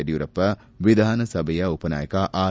ಯಡಿಯೂರಪ್ಪ ವಿಧಾನ ಸಭೆಯ ಉಪನಾಯಕ ಆರ್